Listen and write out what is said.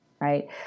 Right